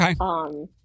Okay